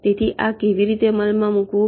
તેથી આ કેવી રીતે અમલમાં મૂકવું